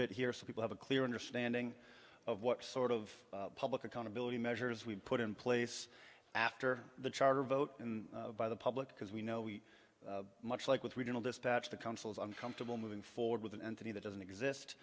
bit here so people have a clear understanding of what sort of public accountability measures we put in place after the charter vote by the public because we know we much like with regional dispatch the council is uncomfortable moving forward with an entity that doesn't exist